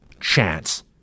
chance